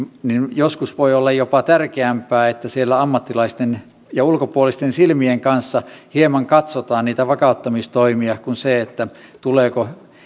joskus voi olla jopa tärkeämpää se että siellä ammattilaisten ja ulkopuolisten silmien kanssa hieman katsotaan niitä vakauttamistoimia kuin se se tuleeko